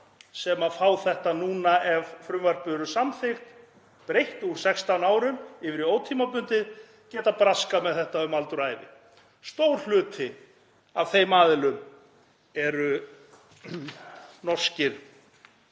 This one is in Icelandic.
sem fá þetta núna, ef frumvarpið verður samþykkt, breytt úr 16 árum yfir í ótímabundið, geti braskað með þetta um aldur og ævi. Stór hluti af þeim aðilum eru norsk